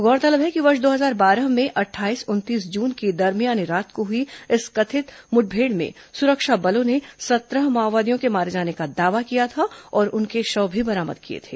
गौरतलब है कि वर्ष दो हजार बारह में अट्ठाईस उनतीस जून की दरमियानी रात को हुई इस कथित मुठभेड़ में सुरक्षा बलों ने सत्रह माओवादियों के मारे जाने का दावा किया था और उनके शव भी बरामद किए थे